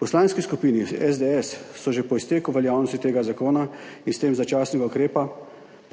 Poslanski skupini SDS so že po izteku veljavnosti tega zakona in s tem začasnega ukrepa